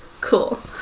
cool